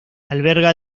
alberga